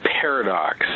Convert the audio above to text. paradox